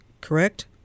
correct